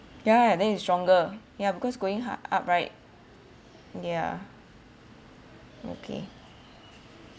yeah then it's stronger yeah because growing ha~ up right yeah okay